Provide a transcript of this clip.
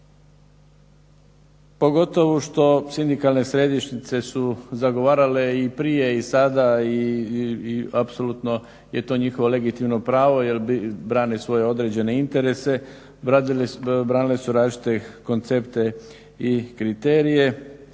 Pogotovo što sindikalne središnjice su zagovarale i prije, i sada. I apsolutno je to njihovo legitimno pravo jer brane svoje određene interese. Branili su različite koncepte i kriterije,